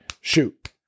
shoot